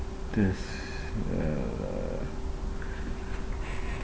this uh